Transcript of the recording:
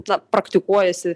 na praktikuojasi